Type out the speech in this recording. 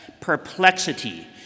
perplexity